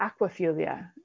aquaphilia